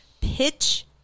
pitch